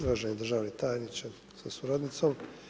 Uvaženi državni tajniče sa suradnicom.